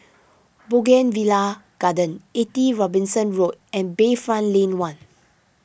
Bougainvillea Garden eighty Robinson Road and Bayfront Lane one